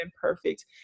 perfect